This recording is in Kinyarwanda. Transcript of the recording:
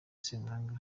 ssemwanga